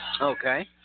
Okay